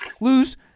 lose